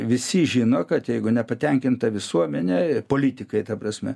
visi žino kad jeigu nepatenkinta visuomenė politikai ta prasme